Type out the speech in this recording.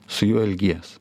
su juo elgies